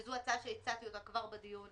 שזו הצעה שהצעתי אותה כבר בדיון